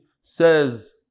Says